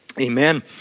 amen